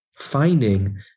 finding